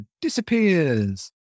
disappears